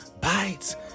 bites